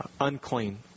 unclean